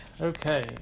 Okay